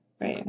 Right